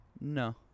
No